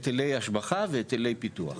היטלי השבחה והיטלי פיתוח.